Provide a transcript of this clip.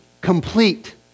complete